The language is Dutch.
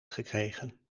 gekregen